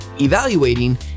evaluating